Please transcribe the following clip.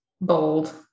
bold